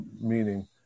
meaning